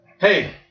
Hey